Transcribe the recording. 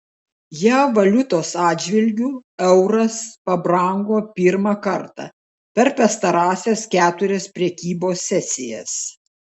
jav valiutos atžvilgiu euras pabrango pirmą kartą per pastarąsias keturias prekybos sesijas